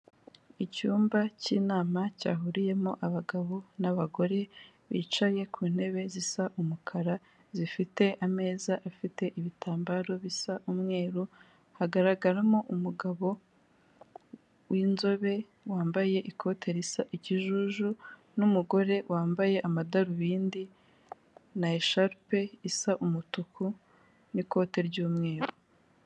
Icyumba cy'inama cyahuriyemo abagabo n'abagore bicaye ku ntebe zisa umukara zifite ameza afite ibitambaro bisa umweru, hagaragaramo umugabo w'inzobe wambaye ikote risa ikijuju n'umugore wambaye amadarubindi na esharupe isa umutuku n'ikote ry'umweru.